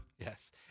Yes